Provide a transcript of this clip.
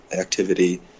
activity